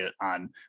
on